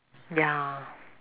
ya